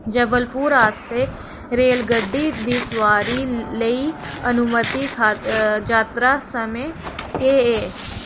जबलपुर आस्तै रेलगड्डी दी सुआरी लेई अनुमति जात्तरा समें केह् ऐ